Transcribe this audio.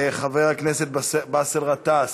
חבר הכנסת באסל גטאס,